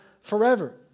forever